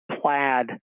plaid